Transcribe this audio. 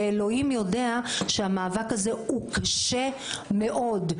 ואלוהים יודע שהמאבק הזה הוא קשה מאוד.